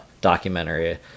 documentary